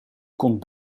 kon